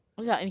K lah fine